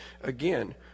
again